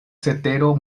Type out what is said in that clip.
cetero